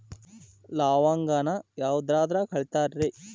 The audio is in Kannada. ಲವಂಗಾನ ಯಾವುದ್ರಾಗ ಅಳಿತಾರ್ ರೇ?